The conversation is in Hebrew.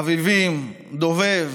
אביבים, דובב,